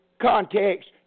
context